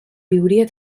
viuria